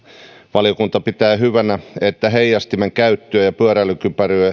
valiokunta pitää hyvänä että heijastimen käyttöä ja pyöräilykypärää